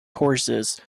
horses